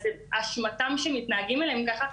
אז אשמתן שמתנהגים אליהן כך.